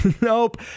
Nope